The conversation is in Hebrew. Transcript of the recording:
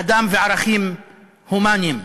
אדם וערכים הומניים.